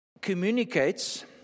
communicates